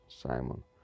Simon